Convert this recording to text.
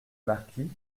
marquis